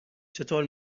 چطور